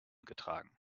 getragen